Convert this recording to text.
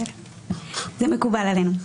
זה מקובל עלינו.